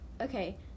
Okay